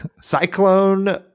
Cyclone